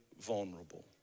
vulnerable